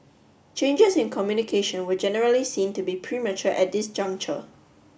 changes in communication were generally seen to be premature at this juncture